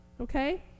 Okay